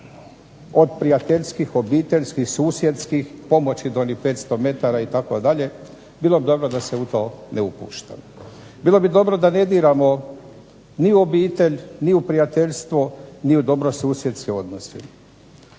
od prijateljskih, obiteljskih, susjedskih pomoći do onih 500 metara itd., bilo bi dobro da se u to ne upuštamo. Bilo bi dobro da ne diramo ni u obitelj, ni u prijateljstvo, ni u dobrosusjedske odnose.